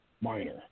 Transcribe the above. minor